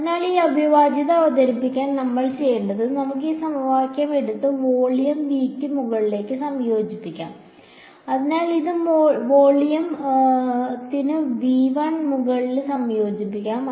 അതിനാൽ ആ അവിഭാജ്യത അവതരിപ്പിക്കാൻ നമ്മൾ ചെയ്യേണ്ടത് നമുക്ക് ഈ സമവാക്യം എടുത്ത് വോളിയം V ക്ക് മുകളിൽ സംയോജിപ്പിക്കാം അതിനാൽ നമുക്ക് ഇത് വോളിയത്തിന് മുകളിൽ സംയോജിപ്പിക്കാം